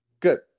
Good